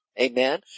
Amen